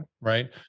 right